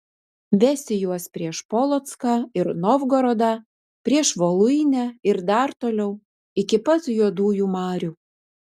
vesi juos prieš polocką ir novgorodą prieš voluinę ir dar toliau iki pat juodųjų marių